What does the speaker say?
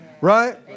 Right